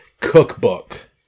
cookbook